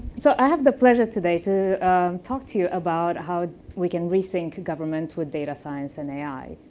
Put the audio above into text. so i have the pleasure today to talk to you about how we can rethink government with data science and ai.